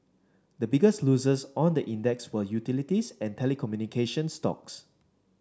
the biggest losers on the index were utilities and telecommunication stocks